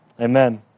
Amen